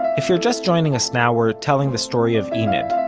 if you are just joining us now, we're telling the story of enid.